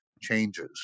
changes